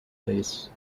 base